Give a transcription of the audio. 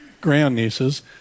grandnieces